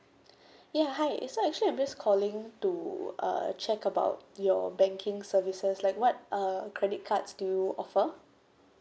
ya hi eh so actually I'm just calling to uh check about your banking services like what uh credit cards do you offer